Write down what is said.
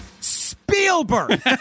Spielberg